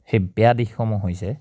সেই বেয়া দিশসমূহ হৈছে